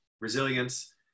resilience